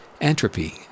entropy